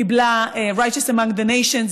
קיבלה Righteous Among the Nations,